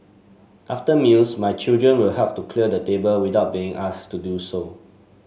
after meals my children will help to clear the table without being asked to do so